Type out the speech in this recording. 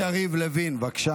השר יריב לוין, בבקשה.